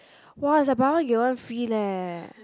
!wah! is like buy one get one free leh